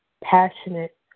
passionate